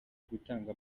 gutanga